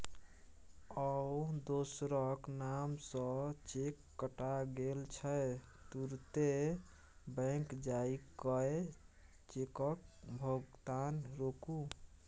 यौ दोसरक नाम सँ चेक कटा गेल छै तुरते बैंक जाए कय चेकक भोगतान रोकु